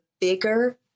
bigger